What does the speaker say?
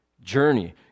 journey